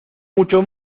mucho